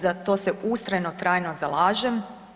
Za to se ustrajno trajno zalažem.